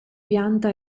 pianta